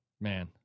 man